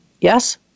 yes